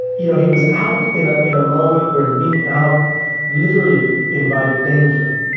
you know, he was out in ah in a moment where being out literally inviting danger.